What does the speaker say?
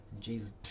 Jesus